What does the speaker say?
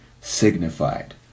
signified